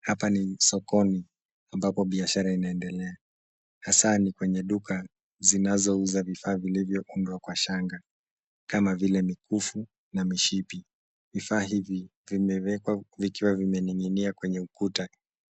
Hapa ni sokoni ambapo biashara inaendelea , hasa ni kwenye duka zinazouza vifaa vilivyoundwa kwa shanga kama vile mikufu na mishipi. Vifaa hivi vimewekwa vikiwa vimening'inia kwenye ukuta